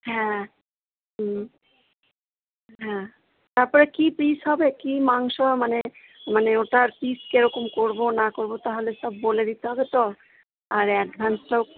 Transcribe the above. হ্যাঁ হুম হ্যাঁ তারপর কী পিস হবে কী মাংস মানে মানে ওটার পিস কীরকম করব না করব তাহলে সব বলে দিতে হবে তো আর অ্যাডভান্স তো